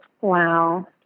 Wow